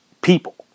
people